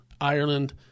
Ireland